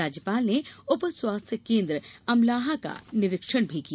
राज्यपाल ने उप स्वास्थ्य केन्द्र अमलाहा का निरीक्षण भी किया